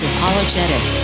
Apologetic